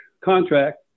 contract